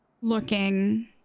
looking